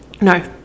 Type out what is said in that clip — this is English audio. no